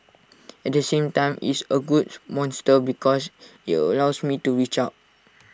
at the same time it's A good monster because IT allows me to reach out